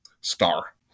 star